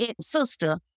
sister